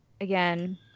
again